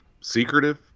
secretive